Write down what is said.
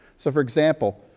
so, for example,